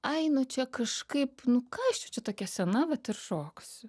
ai nu čia kažkaip nu ką aš jau čia tokia sena vat ir šoksiu